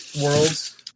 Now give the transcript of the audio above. worlds